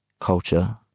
culture